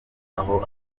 aho